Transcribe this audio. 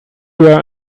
were